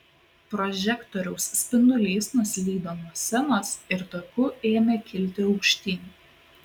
prožektoriaus spindulys nuslydo nuo scenos ir taku ėmė kilti aukštyn